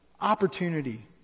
opportunity